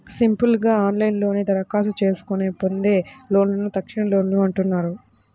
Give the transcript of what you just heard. simple గా ఆన్లైన్లోనే దరఖాస్తు చేసుకొని పొందే లోన్లను తక్షణలోన్లు అంటున్నారు